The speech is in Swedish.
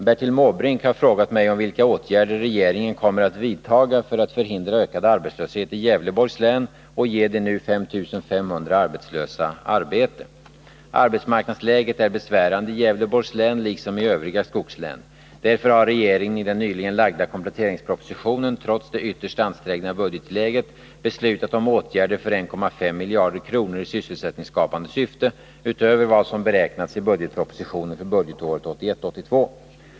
Herr talman! Bertil Måbrink har frågat mig vilka åtgärder regeringen kommer att vidtaga för att förhindra ökad arbetslöshet i Gävleborgs län och ge de nu 5 500 arbetslösa arbete. Arbetsmarknadsläget är besvärande i Gävleborgs län liksom i övriga skogslän. Därför har regeringen i den nyligen framlagda kompletteringspropositionen trots det ytterst ansträngda budgetläget beslutat om åtgärder för 1,5 miljarder kronor i sysselsättningsskapande syfte, utöver vad som beräknats i budgetpropositionen för budgetåret 1981/82.